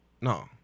no